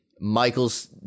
Michael's